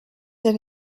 had